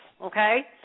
okay